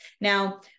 Now